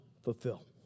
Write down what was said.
fulfill